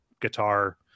guitar